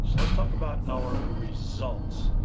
so let's talk about our results,